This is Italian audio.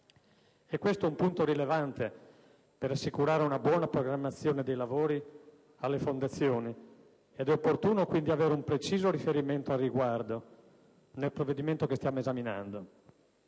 Questo è un punto rilevante per assicurare una buona programmazione dei lavori alle fondazioni ed è opportuno quindi avere un preciso riferimento al riguardo nel provvedimento che stiamo esaminando.